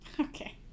Okay